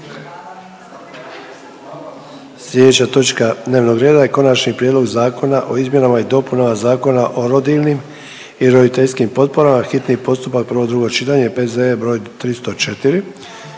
Najprije o amandmanu na Konačni prijedlog zakona o izmjenama i dopunama Zakona o rodiljnim i roditeljskim potporama, hitni postupak, prvo i drugo čitanje, P.Z. br. 304,